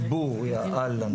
איזה דיבור, יא אללה.